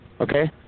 Okay